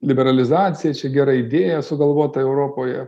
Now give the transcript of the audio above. liberalizacija čia gera idėja sugalvota europoje